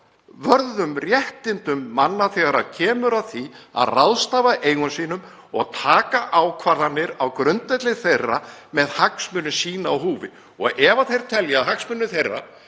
réttindum manna þegar kemur að því að ráðstafa eigum sínum og taka ákvarðanir á grundvelli þeirra með hagsmuni sína í húfi. Ef þeir telja að hagsmunum þeirra